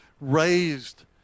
raised